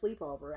sleepover